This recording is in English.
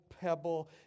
pebble